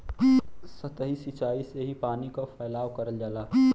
सतही सिचाई से ही पानी क फैलाव करल जाला